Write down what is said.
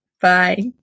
Bye